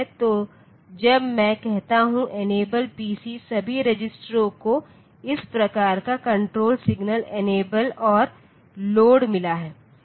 तो जब मैं कहता हूं इनेबल पीसी सभी रजिस्टरों को इस प्रकार का कण्ट्रोल सिग्नलSignal इनेबल और लोड मिला है